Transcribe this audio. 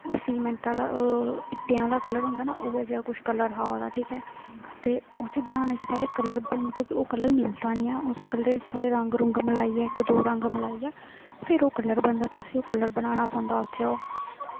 cement आह्ला ओह् इट्टें आह्ला कल्लर होंदा ना ओह् जेह्हा कल्लर हा ओह्दा पैह्लें बनाने च उसी ओह् कल्लर मिलदा निं ऐहा ओह् थोह्ड़ा रंग रुंग मलाइयै इक दो रंग मलाइयै फिर ओह् कल्लर बनदा ते ओह् कल्लर बनाना पौंदा उत्थै ओह्